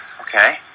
Okay